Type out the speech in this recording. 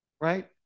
right